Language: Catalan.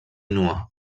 nua